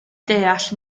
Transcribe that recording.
deall